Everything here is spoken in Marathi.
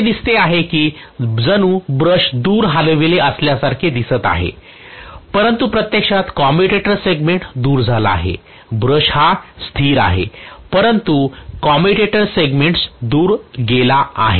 असे दिसते आहे कि जणू ब्रश दूर हलविले असल्यासारखे दिसते आहे परंतु प्रत्यक्षात कम्युटेटर सेगमेंट्स दूर झाला आहे ब्रश हा स्थिर आहे परंतु कम्युटेटर सेगमेंट्स दूर गेला आहे